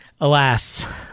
alas